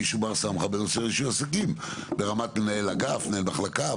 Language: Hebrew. מישהו בר-סמכא בנושא רישוי עסקים ברמת מנהל אגף או מנהל מחלקה,